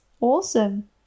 Awesome